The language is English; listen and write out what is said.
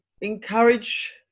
encourage